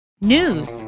News